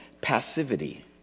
Passivity